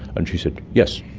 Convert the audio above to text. and she said, yes.